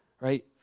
right